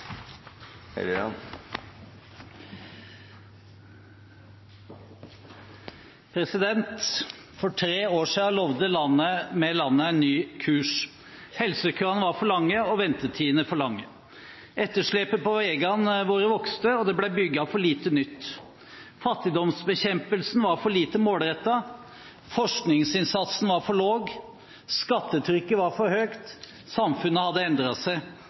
omme. For tre år siden lovet vi landet en ny kurs. Helsekøene var for lange og ventetidene for lange. Etterslepet på veiene våre vokste, og det ble bygget for lite nytt. Fattigdomsbekjempelsen var for lite målrettet, forskningsinnsatsen var for lav, skattetrykket var for høyt. Samfunnet hadde endret seg,